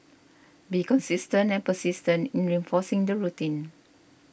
be consistent and persistent in reinforcing the routine